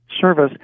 service